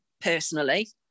personally